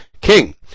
King